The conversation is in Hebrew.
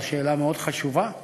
זו שאלה חשובה מאוד.